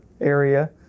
area